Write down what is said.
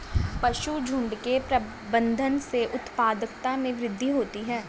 पशुझुण्ड के प्रबंधन से उत्पादकता में वृद्धि होती है